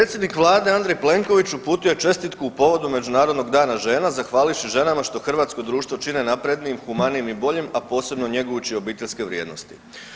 Predsjednik vlade Andrej Plenković uputio je čestitku u povodu Međunarodnog dana žena zahvalivši ženama što hrvatsko društvo čine naprednijim, humanijim i boljim, a posebno njegujući obiteljske vrijednosti.